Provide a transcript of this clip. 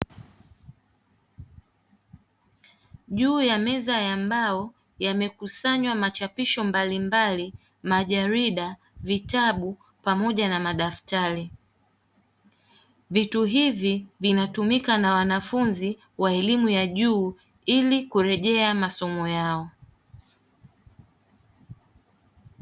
Juu ya meza ya mbao yamekusanywa machapisho mbalimbali, majarida, vitabu pamoja na madaftari. Vitu hivi vinatumika na wanafunzi wa elimu ya juu, ili kurejea masomo yao.